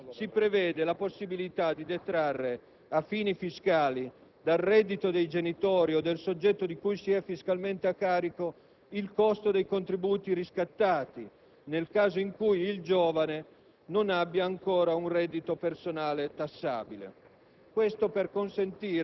Si prevede altresì la possibilità di detrarre a fini fiscali dal reddito dei genitori o del soggetto di cui si è fiscalmente a carico il costo dei contributi riscattati, nel caso in cui il giovane non abbia ancora un reddito personale tassabile;